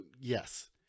Yes